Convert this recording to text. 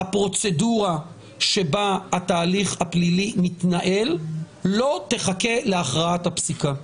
הפרוצדורה שבה התהליך הפלילי מתנהל לא תחכה להכרעת הפסיקה.